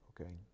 okay